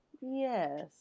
Yes